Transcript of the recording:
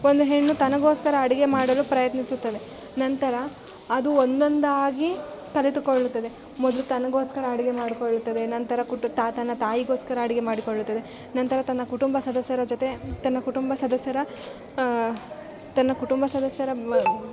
ಒಂದು ಹೆಣ್ಣು ತನಗೋಸ್ಕರ ಅಡುಗೆ ಮಾಡಲು ಪ್ರಯತ್ನಿಸುತ್ತದೆ ನಂತರ ಅದು ಒಂದೊಂದಾಗಿ ಕಲಿತುಕೊಳ್ಳುತ್ತದೆ ಮೊದಲು ತನಗೋಸ್ಕರ ಅಡುಗೆ ಮಾಡಿಕೊಳ್ತದೆ ನಂತರ ಕುಟ್ ತನ್ನ ತಾಯಿಗೋಸ್ಕರ ಅಡುಗೆ ಮಾಡಿಕೊಳ್ಳುತ್ತದೆ ನಂತರ ತನ್ನ ಕುಟುಂಬ ಸದಸ್ಯರ ಜೊತೆ ತನ್ನ ಕುಟುಂಬ ಸದಸ್ಯರ ತನ್ನ ಕುಟುಂಬ ಸದಸ್ಯರ ಮ